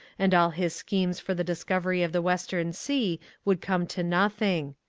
and all his schemes for the discovery of the western sea would come to nothing.